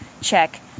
check